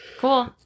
cool